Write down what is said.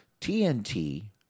TNT